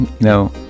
No